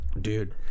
Dude